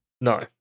no